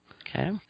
Okay